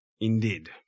indeed